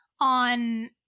on